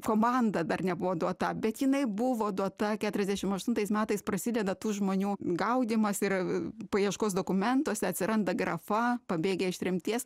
komanda dar nebuvo duota bet jinai buvo duota keturiasdešimt aštuntais metais prasideda tų žmonių gaudymas ir paieškos dokumentuose atsiranda grafa pabėgę iš tremties